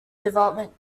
development